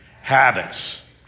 habits